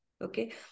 Okay